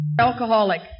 alcoholic